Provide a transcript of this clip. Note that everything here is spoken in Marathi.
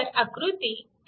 तर आकृती 3